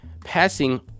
Passing